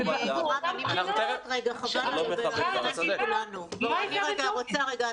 חבר הכנסת ----- אני רוצה רגע,